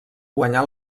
guanyà